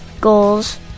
goals